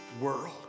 world